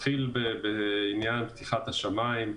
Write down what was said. אתחיל בעניין פתיחת השמיים.